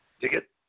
Ticket